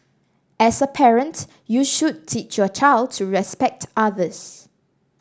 as a parent you should teach your child to respect others